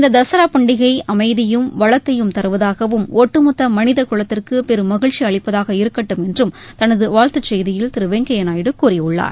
இந்த தசராப் பண்டிகை அமைதியும் வளத்தையும் தருவதாகவும் ஒட்டுமொத்த மனித குலத்திற்கு பெரு மகிழ்ச்சி அளிப்பதாக இருக்கட்டும் என்று தனது வாழ்த்துச் செய்தியில் திரு வெங்கப்யா நாயுடு கூறியுள்ளார்